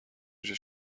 میشه